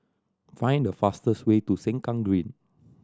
find the fastest way to Sengkang Green